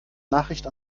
nachricht